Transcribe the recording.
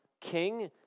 king